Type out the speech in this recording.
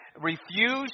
refuse